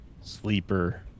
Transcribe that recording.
sleeper